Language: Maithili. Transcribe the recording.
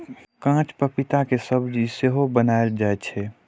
कांच पपीता के सब्जी सेहो बनाएल जाइ छै